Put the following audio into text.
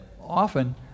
often